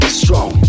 strong